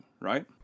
right